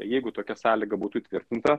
jeigu tokia sąlyga būtų įtvirtinta